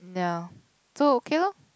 no so okay loh